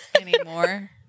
anymore